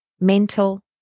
mental